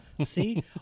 See